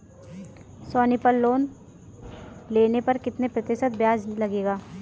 सोनी पल लोन लेने पर कितने प्रतिशत ब्याज लगेगा?